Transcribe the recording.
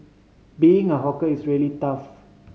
being a hawker is really tough